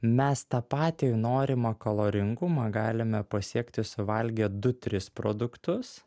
mes tą patį norimą kaloringumą galime pasiekti suvalgę du tris produktus